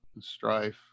strife